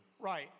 Right